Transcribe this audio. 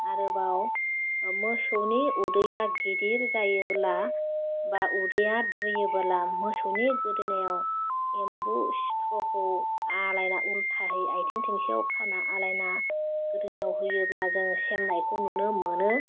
आरोबाव मोसौनि उदैया गिदिर जायोबोला बा उदैआ दुयोबोला मोसौनि गोदोनायाव एम्बु सिथ्रखौ आलायना उल्टाहै आइथिं थोंसेआव खाना आलायना गोदोनायाव होयोब्ला जों सेमनायखौ नुनो मोनो